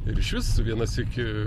ir išvis vieną sykį